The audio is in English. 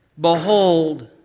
behold